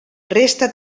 resta